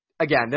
Again